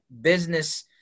business